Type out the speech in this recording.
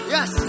Yes